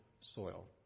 soil